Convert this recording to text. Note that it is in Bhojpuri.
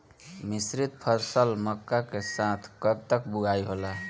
मिश्रित फसल मक्का के साथ कब तक बुआई होला?